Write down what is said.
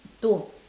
two